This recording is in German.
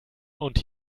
und